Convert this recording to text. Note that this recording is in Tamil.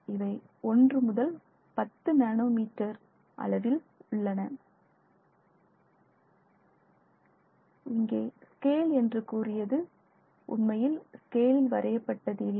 இவை ஒன்று முதல் 10 நேனோ மீட்டர் அளவில் உள்ளன இங்கே ஸ்கேல் என்று கூறியது உண்மையில் ஸ்கேலில் வரையப்பட்டது இல்லை